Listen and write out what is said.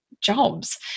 jobs